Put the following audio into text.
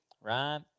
right